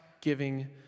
giving